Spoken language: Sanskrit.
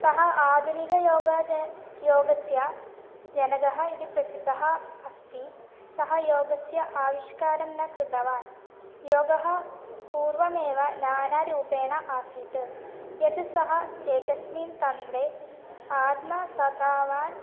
सः आधुनिकयोगात् योगस्य जनकः इति प्रसिद्धः अस्ति सः योगस्य आविष्कारं न कृतवान् योगः पूर्वमेव नानारूपेण आसीत् यद् सः एकस्मिन् तन्त्रे आत्मसद्भावान्